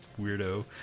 Weirdo